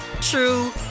true